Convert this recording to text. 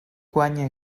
guanya